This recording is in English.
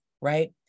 right